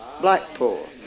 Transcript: Blackpool